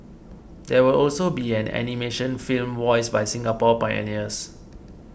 there will also be an animation film voiced by Singapore pioneers